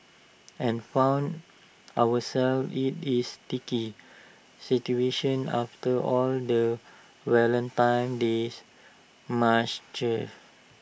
and found ourselves IT is sticky situation after all the Valentine's days munchies